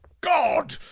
god